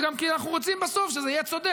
וגם כי אנחנו רוצים בסוף שזה יהיה צודק.